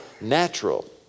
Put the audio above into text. natural